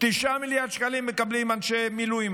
9 מיליארד שקלים מקבלים אנשי המילואים.